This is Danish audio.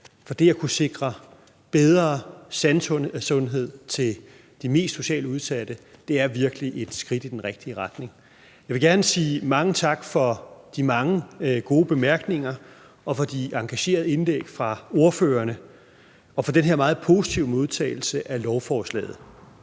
for det at kunne sikre bedre tandsundhed til de mest socialt udsatte er virkelig et skridt i den rigtige retning. Jeg vil gerne sige mange tak for de mange gode bemærkninger og for de engagerede indlæg fra ordførerne og for den her meget positive modtagelse af lovforslaget.